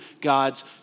God's